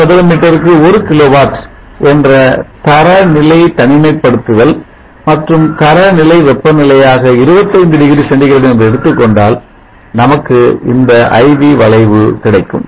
ஒரு சதுர மீட்டருக்கு ஒரு கிலோவாட் என்ற தரநிலை தனிமைப் படுத்துதல் மற்றும் தரநிலை வெப்பநிலையாக 25 டிகிரி சென்டிகிரேட் என்று எடுத்துக் கொண்டால் நமக்கு இந்த I V வளைவுகிடைக்கும்